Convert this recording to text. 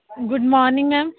good morning ma'am